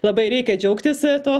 labai reikia džiaugtis tuo